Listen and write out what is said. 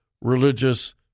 religious